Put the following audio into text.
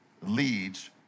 leads